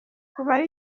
kumara